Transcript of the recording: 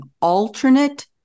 alternate